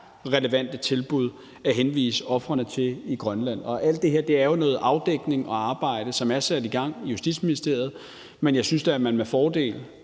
relevante tilbud at henvise ofrene til i Grønland. Alt det her er jo en afdækning og et arbejde, som er sat i gang i Justitsministeriet. Men jeg synes da, at man med fordel